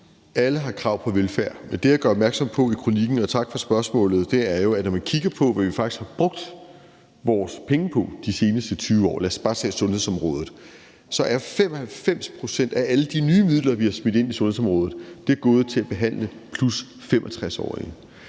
Alle har krav på velfærd. Det, jeg gør opmærksom på i kronikken – og tak for spørgsmålet – er jo, at når man kigger på, hvad vi faktisk har brugt vores penge på de seneste 20 år på, lad os bare tage sundhedsområdet, så er 95 pct. af alle de nye midler, vi har smidt ind i sundhedsområdet, gået til at behandle +65-årige.